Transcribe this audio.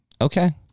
Okay